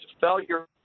failure –